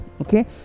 okay